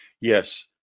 Yes